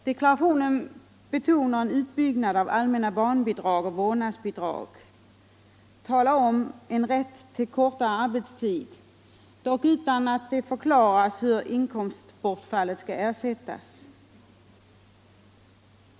Deklarationen betonar en utbyggnad av allmänna barnbidrag och vårdnadsbidrag, och det talas om en rätt till kortare arbetstid, dock utan att det förklaras hur inkomstbortfallet skall ersättas.